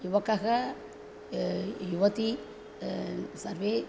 युवकः युवती सर्वे